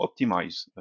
optimize